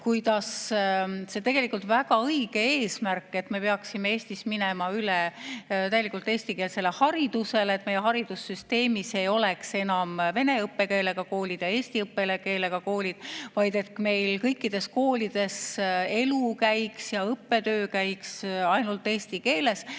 See on tegelikult väga õige eesmärk, et me peaksime Eestis minema täielikult üle eestikeelsele haridusele, nii et meie haridussüsteemis ei oleks enam vene õppekeelega koolid ja eesti õppekeelega koolid, vaid kõikides koolides käiks õppetöö ainult eesti keeles.